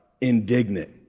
indignant